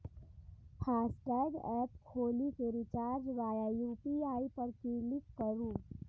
FASTag app खोलि कें recharge via UPI पर क्लिक करू